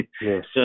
Yes